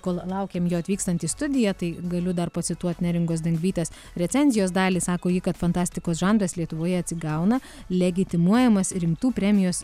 kol laukiam jo atvykstant į studiją tai galiu dar pacituot neringos dangvydės recenzijos dalį sako ji kad fantastikos žanras lietuvoje atsigauna legitimuojamas rimtų premijos